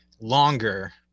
longer